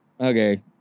okay